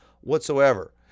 whatsoever